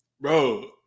Bro